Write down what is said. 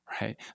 right